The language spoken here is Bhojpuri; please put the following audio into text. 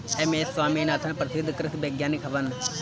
एम.एस स्वामीनाथन प्रसिद्ध कृषि वैज्ञानिक हवन